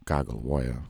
ką galvoja